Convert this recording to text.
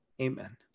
amen